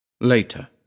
Later